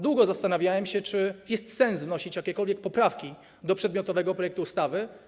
Długo zastanawiałem się, czy jest sens wnosić jakiekolwiek poprawki do przedmiotowego projektu ustawy.